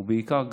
ובעיקר,